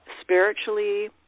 spiritually